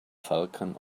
falcon